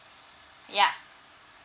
yeah